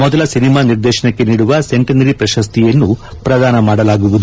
ಮೊದಲ ಸಿನೆಮಾ ನಿರ್ದೇಶನಕ್ಕೆ ನೀಡುವ ಸೆಂಟಿನರಿ ಪ್ರಶಸ್ತಿಯನ್ನು ಪ್ರಧಾನ ಮಾಡಲಾಗುವುದು